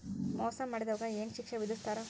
ಮೋಸಾ ಮಾಡಿದವ್ಗ ಏನ್ ಶಿಕ್ಷೆ ವಿಧಸ್ತಾರ?